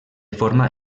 forma